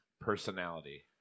personality